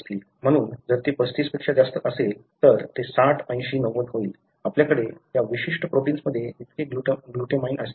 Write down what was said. म्हणून जर ते 35 पेक्षा जास्त असेल तर ते 60 80 90 होईल आपल्याकडे त्या विशिष्ट प्रोटिन्समध्ये इतके ग्लूटामाइन असतील